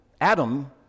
Adam